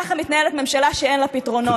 ככה מתנהלת ממשלה שאין לה פתרונות.